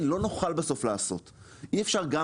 אין, לא נוכל בסוף לעשות.